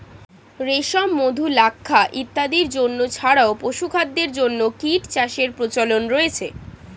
রেশম, মধু, লাক্ষা ইত্যাদির জন্য ছাড়াও পশুখাদ্যের জন্য কীটচাষের প্রচলন রয়েছে